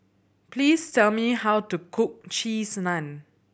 please tell me how to cook Cheese Naan